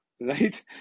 right